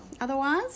otherwise